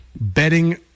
betting